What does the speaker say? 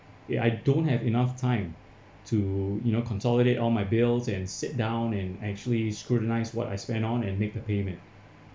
ya I don't have enough time to you know consolidate all my bills and sit down and actually scrutinise what I spend on and make the payment